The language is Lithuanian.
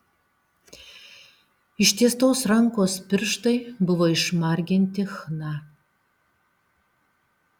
ištiestos rankos pirštai buvo išmarginti chna